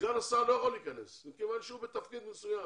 סגן השר לא יכול להיכנס כיוון שהוא בתפקיד מסוים